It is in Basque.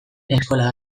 eskola